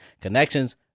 connections